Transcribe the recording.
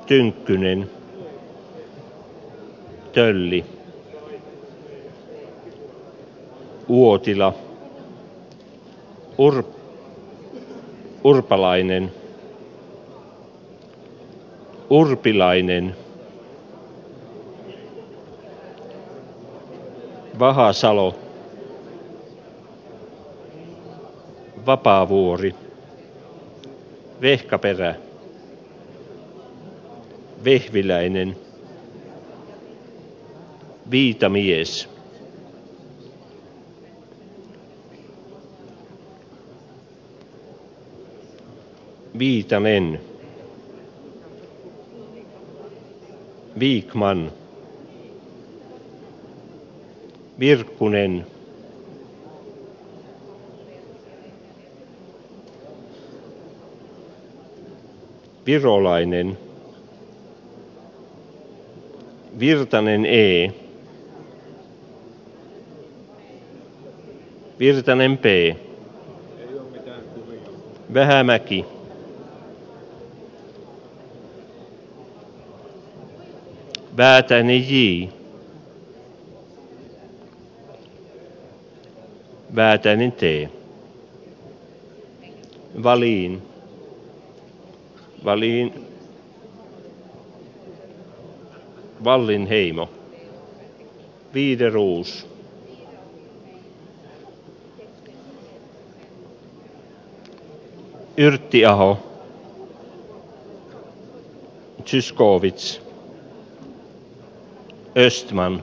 annika lapintie mikaela nylander pekka haavisto ja peter östman